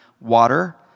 water